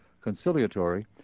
conciliatory